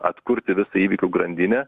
atkurti visą įvykių grandinę